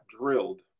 drilled